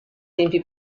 tempi